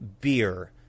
beer –